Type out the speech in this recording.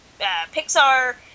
Pixar